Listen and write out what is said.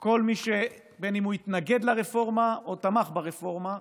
כל מי שהתנגד לרפורמה או תמך ברפורמה,